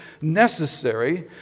necessary